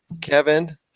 Kevin